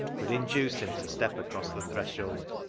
could induce him to step across the threshold.